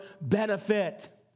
benefit